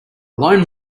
loan